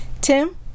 Tim